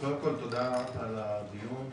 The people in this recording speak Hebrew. קודם כל תודה על הדיון החשוב.